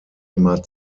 immer